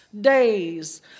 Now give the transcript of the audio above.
days